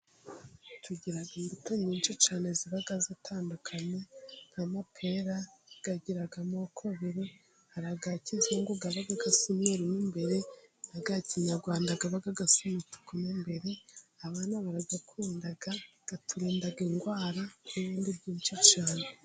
Tugira imbuto nyinshi cyane ziba zitandukanye nk'amapera agira amoko abiri, hari aya kizungu aba asa umweru mo imbere, n'aya kinyarwanda aba asa umutuku mo imbere, abana baraduyakunda, aturinda indwara, n'ibindi byinshi cyane.